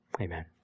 amen